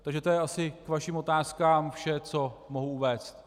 Takže to je asi k vašim otázkám vše, co mohu uvést.